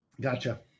Gotcha